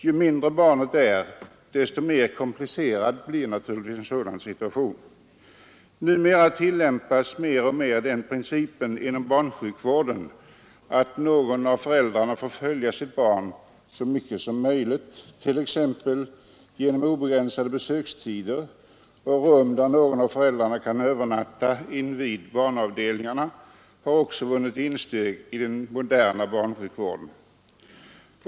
Ju mindre barnet är desto mer komplicerad blir en sådan situation. Numera tillämpas mer och mer den principen inom barnsjukvården att någon av föräldrarna får följa sitt barn så mycket som möjligt, t.ex. genom obegränsade besökstider. Rum invid barnavdelningarna där någon av föräldrarna kan övernatta har också vunnit insteg i modern barnsjukvård.